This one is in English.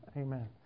amen